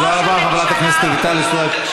תודה רבה, חברת הכנסת רויטל סויד.